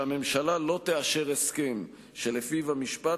שהממשלה לא תאשר הסכם שלפיו המשפט,